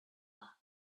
her